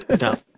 No